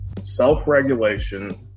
self-regulation